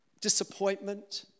disappointment